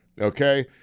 Okay